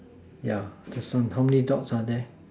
yeah this one how many dots are there